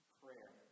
prayer